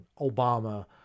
Obama